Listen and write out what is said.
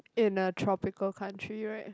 in a tropical country right